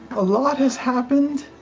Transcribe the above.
a lot has happened.